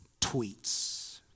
tweets